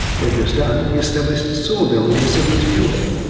when he was done, he established a sawmill near sydney's pymble,